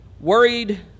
worried